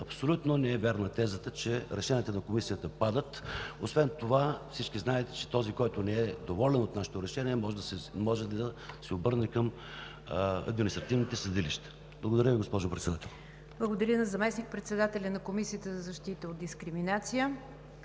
Абсолютно не е вярна тезата, че решенията на Комисията падат. Освен това, всички знаете, че този, който не е доволен от нашето решение, може да се обърне към административните съдилища. Благодаря Ви, госпожо Председател. ПРЕДСЕДАТЕЛ НИГЯР ДЖАФЕР: Благодаря на заместник-председателя на Комисията за защита от дискриминация.